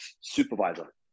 supervisor